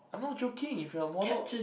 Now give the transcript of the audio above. I'm not joking if you are a model